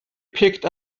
picked